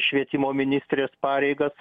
švietimo ministrės pareigas